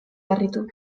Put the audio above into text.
harritu